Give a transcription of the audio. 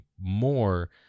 more